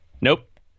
nope